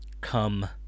come